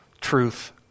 truth